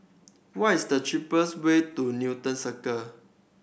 what is the cheapest way to Newton Circu